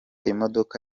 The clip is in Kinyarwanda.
imodoka